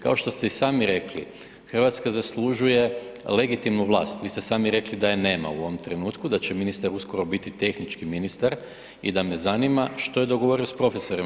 Kao što ste i sami rekli, Hrvatska zaslužuje legitimnu vlast, vi ste sami rekli da je nema u ovom trenutku da će ministar uskoro biti tehnički ministar i da me zanima što je dogovorio s profesorima.